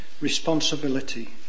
responsibility